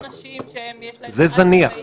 יש אנשים שיש להם מעט מגעים,